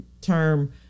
term